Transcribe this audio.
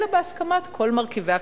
אלא בהסכמת כל מרכיבי הקואליציה.